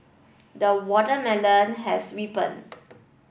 the watermelon has ripened